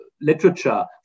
literature